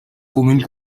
commune